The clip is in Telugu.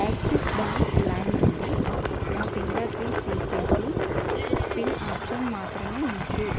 యాక్సిస్ బ్యాంక్ లైమ్ నుండి నా ఫింగర్ ప్రింట్ తీసేసి పిన్ ఆప్షన్ మాత్రమే ఉంచు